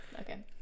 Okay